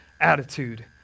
attitude